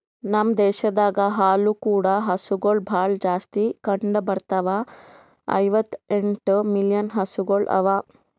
ನಮ್ ದೇಶದಾಗ್ ಹಾಲು ಕೂಡ ಹಸುಗೊಳ್ ಭಾಳ್ ಜಾಸ್ತಿ ಕಂಡ ಬರ್ತಾವ, ಐವತ್ತ ಎಂಟು ಮಿಲಿಯನ್ ಹಸುಗೊಳ್ ಅವಾ